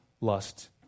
lust